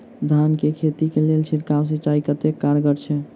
धान कऽ खेती लेल छिड़काव सिंचाई कतेक कारगर छै?